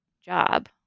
job